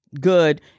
good